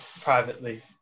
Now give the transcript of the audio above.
privately